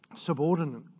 subordinate